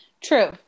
true